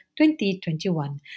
2021